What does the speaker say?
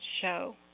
show